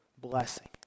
blessing